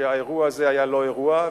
שהאירוע הזה היה לא-אירוע,